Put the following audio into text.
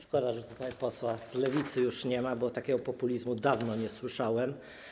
Szkoda, że posła z Lewicy już nie ma, bo takiego populizmu dawno nie słyszałem.